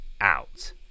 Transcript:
out